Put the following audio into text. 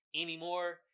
anymore